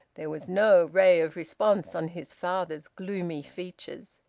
there was no ray of response on his father's gloomy features,